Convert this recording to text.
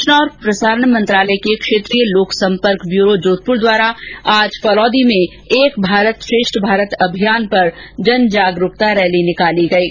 सूचना और प्रसारण मंत्रालय के क्षेत्रीय लोक संपर्क ब्यूरो जोधपुर द्वारा आज फलौदी में एक भारत श्रेष्ठ भारत अभियान पर जनजागरूकता रैली निकाली गयी